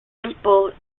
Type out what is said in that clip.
simple